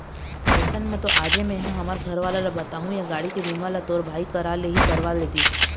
अइसन म तो आजे मेंहा हमर घरवाला ल बताहूँ या गाड़ी के बीमा ल तोर भाई करा ले ही करवा लेतिस